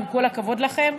עם כל הכבוד לכם,